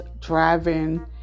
driving